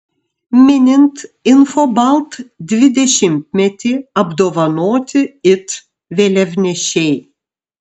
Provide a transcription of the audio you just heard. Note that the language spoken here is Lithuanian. minint infobalt dvidešimtmetį apdovanoti it vėliavnešiai